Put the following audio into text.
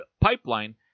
PIPELINE